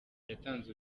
yatanze